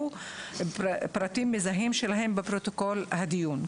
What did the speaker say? פרטים מזהים שלהם בפרוטוקול הדיון.